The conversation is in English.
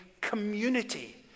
community